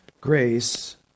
grace